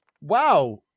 Wow